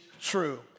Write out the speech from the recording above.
true